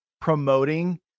promoting